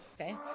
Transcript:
Okay